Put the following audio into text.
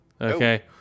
Okay